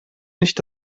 nicht